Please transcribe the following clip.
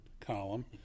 column